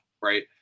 right